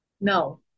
No